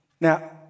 Now